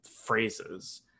phrases